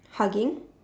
hugging